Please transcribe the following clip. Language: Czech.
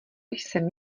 jsem